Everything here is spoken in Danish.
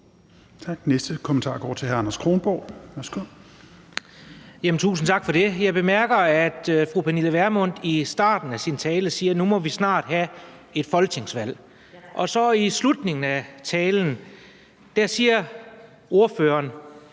Værsgo. Kl. 17:11 Anders Kronborg (S) : Tusind tak for det. Jeg bemærker, at fru Pernille Vermund i starten af sin tale siger, at nu må vi snart have et folketingsvalg. Og i slutningen af talen nævner ordføreren